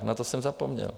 Na to jsem zapomněl.